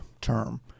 term